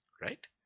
Right